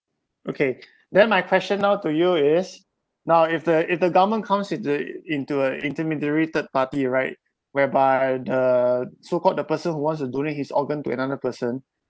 okay then my question now to you is now if the if the government comes with the into a intermediary third party right whereby the so called the person who wants to donate his organ to another person